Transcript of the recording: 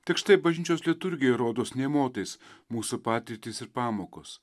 tik štai bažnyčios liturgijai rodos nė motais mūsų patirtys ir pamokos